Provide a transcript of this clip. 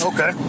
Okay